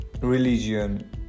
religion